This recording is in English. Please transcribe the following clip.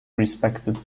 respected